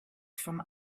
from